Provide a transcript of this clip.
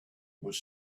was